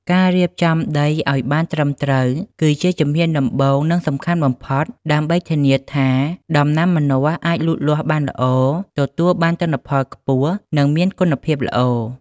ការរៀបចំដីឱ្យបានត្រឹមត្រូវ គឺជាជំហានដំបូង និងសំខាន់បំផុតដើម្បីធានាថាដំណាំម្នាស់អាចលូតលាស់បានល្អ ទទួលបានទិន្នផលខ្ពស់ និងមានគុណភាពល្អ។